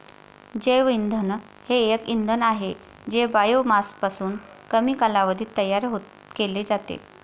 जैवइंधन हे एक इंधन आहे जे बायोमासपासून कमी कालावधीत तयार केले जाते